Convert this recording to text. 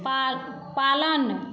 पा पालन